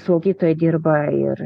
slaugytojai dirba ir